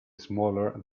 smaller